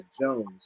Jones